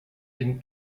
den